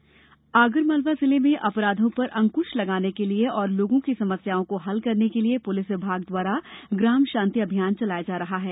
ग्राम शांति अभियान आगरमालवा जिले में अपराधों पर अंक्श लगाने के लिये और लोगों की समस्याओं को हल करने के लिये पुलिस विभाग द्वारा ग्राम शांति अभियान चलाया जा रहा है